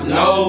no